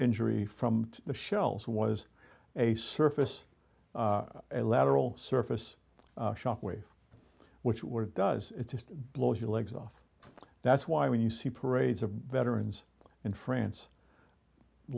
injury from the shells was a surface lateral surface shockwave which were does it just blows your legs off that's why when you see parades of veterans in france